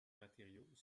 matériaux